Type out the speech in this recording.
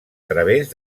través